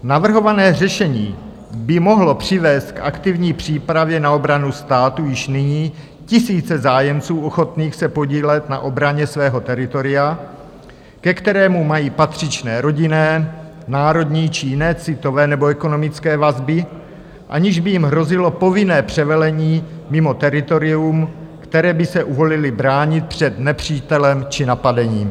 Navrhované řešení by mohlo přivést k aktivní přípravě na obranu státu již nyní tisíce zájemců ochotných se podílet na obraně svého teritoria, ke kterému mají patřičné rodinné, národní či jiné citové nebo ekonomické vazby, aniž by jim hrozilo povinné převelení mimo teritorium, které by se uvolili bránit před nepřítelem či napadením.